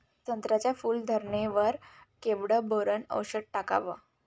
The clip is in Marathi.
संत्र्याच्या फूल धरणे वर केवढं बोरोंन औषध टाकावं?